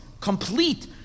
complete